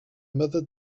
mother